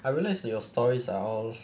I realize your stories are all